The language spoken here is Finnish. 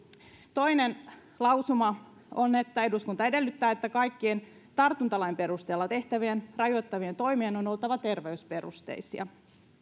toinen lausuma on eduskunta edellyttää että kaikkien tartuntalain perusteella tehtävien rajoittavien toimien on oltava terveysperusteisia